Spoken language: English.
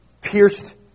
pierced